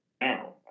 now